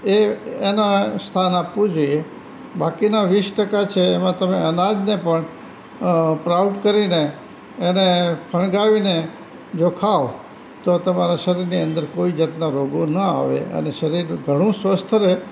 એ એને સ્થાન આપવું જોઇએ બાકીના વીસ ટકા છે એમાં તમે અનાજને પણ પ્રાઉટ કરીને એને ફણગાવીને જો ખાઓ તો તમારા શરીરની અંદર કોઇ જાતનાં રોગો ના આવે અને શરીર ઘણું સ્વસ્થ રહે